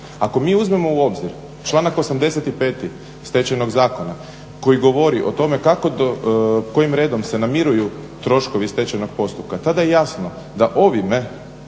Ako mi uzmemo u obzir članak 85. Stečajnog zakona koji govori o tome kako, kojim redom se namiruju troškovi stečajnog postupka tada je jasno da ovime